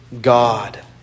God